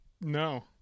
No